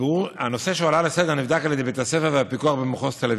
הנושא שהועלה לסדר-היום נבדק על ידי בית הספר והפיקוח במחוז תל אביב.